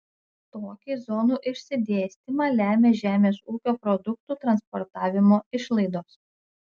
tokį zonų išsidėstymą lemia žemės ūkio produktų transportavimo išlaidos